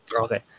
okay